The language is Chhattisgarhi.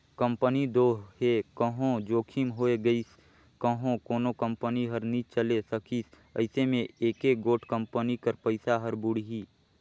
कंपनी दो हे कहों जोखिम होए गइस कहों कोनो कंपनी हर नी चले सकिस अइसे में एके गोट कंपनी कर पइसा हर बुड़ही